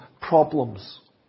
problems